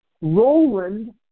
Roland